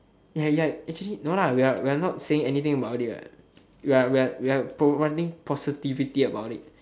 ya ya actually no lah we are we are not saying anything about it what we are we are we are providing positivity about it